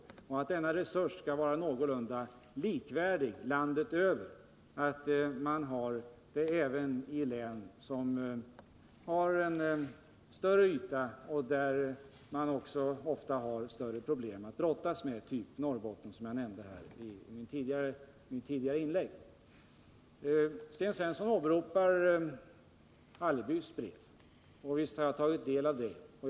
Denna resurs skall vara någorlunda likvärdig landet över, dvs. den skall finnas även i län som har en större yta och som ofta har större problem att brottas med. Jag tänker då på Norrbotten, som jag nämnde här i mitt tidigare inlägg. Sten Svensson åberopar Nils Hallerbys brev. Visst har jag tagit del av detta.